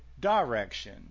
direction